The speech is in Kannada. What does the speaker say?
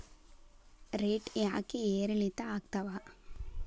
ರೇಟ್ ಯಾಕೆ ಏರಿಳಿತ ಆಗ್ತಾವ?